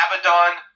Abaddon